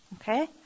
Okay